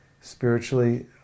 spiritually